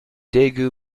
daegu